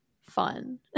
fun